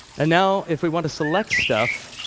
and now, if we want to select stuff,